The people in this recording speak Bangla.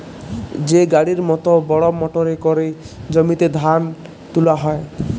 যে গাড়ির মত বড় মটরে ক্যরে জমিতে ধাল তুলা হ্যয়